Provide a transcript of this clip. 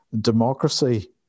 Democracy